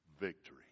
victory